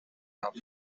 top